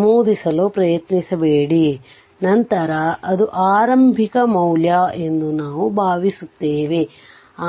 ನಮೂದಿಸಲು ಪ್ರಯತ್ನಿಸಬೇಡಿ ನಂತರ ಅದು ಆರಂಭಿಕ ಮೌಲ್ಯ 0 ಎಂದು ನಾವು ಭಾವಿಸುತ್ತೇವೆ